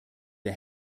der